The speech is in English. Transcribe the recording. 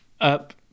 up